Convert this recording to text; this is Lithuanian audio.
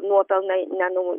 nuopelnai ne nu